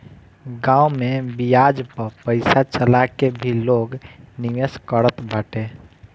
गांव में बियाज पअ पईसा चला के भी लोग निवेश करत बाटे